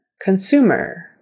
Consumer